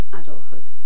adulthood